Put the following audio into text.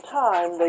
time